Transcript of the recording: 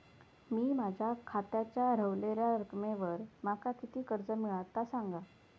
मी माझ्या खात्याच्या ऱ्हवलेल्या रकमेवर माका किती कर्ज मिळात ता सांगा?